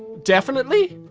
definitely.